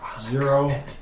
Zero